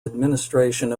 administration